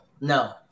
No